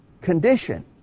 condition